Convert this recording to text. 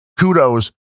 kudos